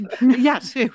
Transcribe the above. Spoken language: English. Yes